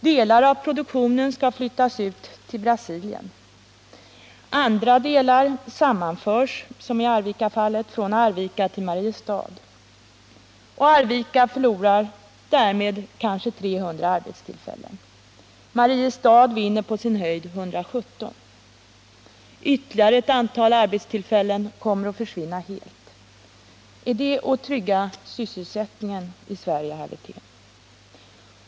Delar av produktionen skall flyttas ut till Brasilien, andra delar sammanförs — som i Arvikafallet — med flyttning från Arvika till Mariestad. Arvika förlorar därmed kanske 300 arbetstillfällen, Mariestad vinner på sin höjd 117. Ytterligare ett antal arbetstillfällen kommer att försvinna helt. Är det att trygga sysselsättningen i Sverige, herr Wirtén?